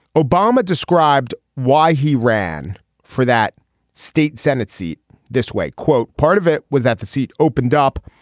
obama described why he ran for that state senate seat this way quote part of it was that the seat opened up.